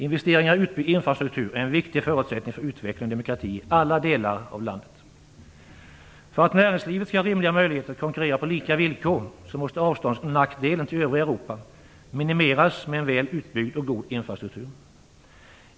Investeringar i utbyggd infrastruktur är en viktig förutsättning för utveckling och demokrati i alla delar av landet. För att näringslivet skall ha rimliga möjligheter att konkurrera på lika villkor måste nackdelen med avståndet till övriga Europa minimeras med en väl utbyggd och god infrastruktur.